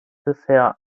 bisher